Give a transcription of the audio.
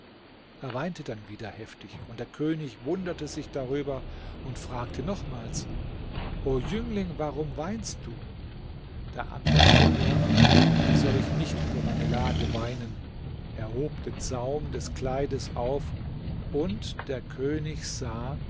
er weinte dann wieder heftig und der könig wunderte sich darüber und fragte nochmals o jüngling warum weinst du da antwortete er wie soll ich nicht über meine lage weinen er hob den saum des kleides auf und der könig sah